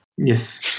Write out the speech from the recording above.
Yes